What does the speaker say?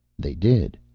they did.